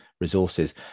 resources